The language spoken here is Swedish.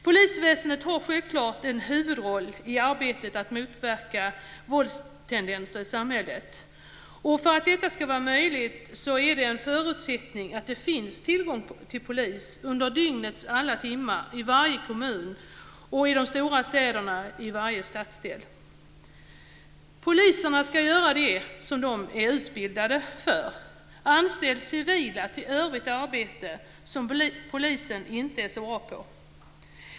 Polisväsendet har självklart en huvudroll i arbetet för att motverka våldstendenser i samhället. För att detta ska vara möjligt är det en förutsättning att det finns tillgång till polis under dygnets alla timmar i varje kommun och, i de stora städerna, i varje stadsdel. Poliserna ska göra det som de är utbildade för. Anställ civila till övrigt arbete som polisen inte är så bra på!